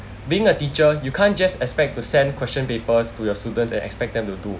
being a teacher you can't just expect to send question papers to your students and expect them to do